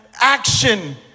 action